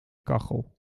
kachel